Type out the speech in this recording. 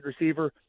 receiver